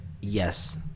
yes